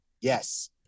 yes